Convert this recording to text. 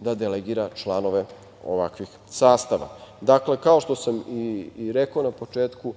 da delegira članove ovakvih sastava. Dakle, kao što sam i rekao na početku,